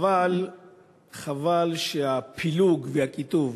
חבל שהפילוג והקיטוב